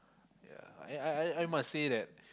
ya I I I must say that